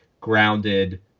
grounded